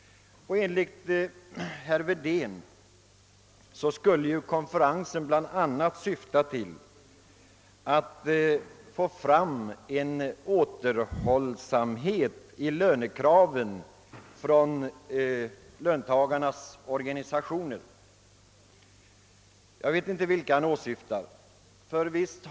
Enligt herr Wedén skulle en sådan konferens bl.a. syfta till att åstadkomma återhållsamhet i lönekraven från löntagarnas organisationer. Jag vet inte vilka organisationer han åsyftar.